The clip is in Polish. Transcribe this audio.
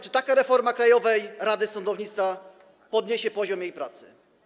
Czy taka reforma Krajowej Rady Sądownictwa podniesie poziom jej pracy?